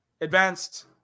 advanced